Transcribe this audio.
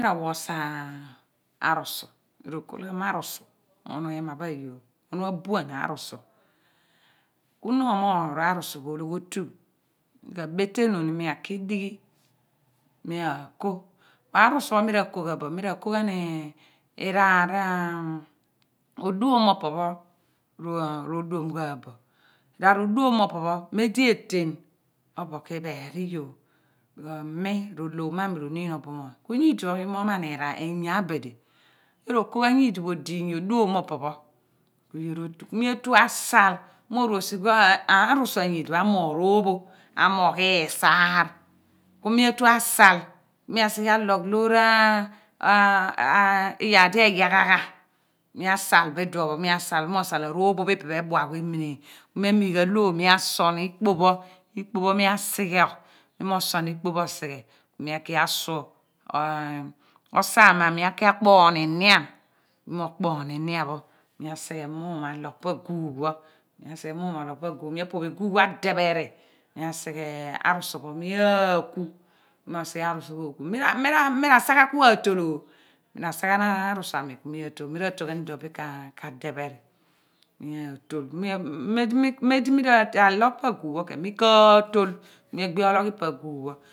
Mi ra wa sa aru su ro kol ghan ma rusu onu ema pha yoor onu abuan arusu ku na omogh arusu pho ologhi oyu mi ka betenu nu ni mi aki dighi mi akio arusu pho ma rako ghabo mira koghani iraar oduom mo opo pho ro duomfha bo iraar oduoni mo opo pho mem di eten obo ki pheeri iyoor b/kws ni ro lomami omogh ro niin obumoony ku nyidipho ro niin obumoony ku nyidipho yoor mo man inya abidi yoor ro kwghen nyidipho odiiny oduam mo opo pho ki yoor otu ku mi tu asal mi nrusi aruju aniyidipho amogh ropho amogh isaar ku mi atu asal mi sighe alogh loor iiyar di eyaghagha mi asal bo iduopho mi aal mi ro sal aropho phi ipe pho ebuaghu emineen mi amigh loor mi asun ikpopho ikpopho mi asighiogh mi mo sun ikopho osighiogh ku mi aski asu osanm ami mi aki akponinian mi mo kponi niam pho mi asighe mum alogh alogh pa agugh pho ni mo sighe mem ologh pa gugh pho mi apophe gugh pho adepheri mi esi ghe arusu pho mi aaku mi ro sighi arusu pho ro ooku mi ra saghan ku atol mi ra saghan arusu ami ku mi atol mi r/atol ghan idi pgo bin ka depheri mi atol mem di ra logh pa agugh pho mi ka tol ku mi agbi ologh ipe aguugh pho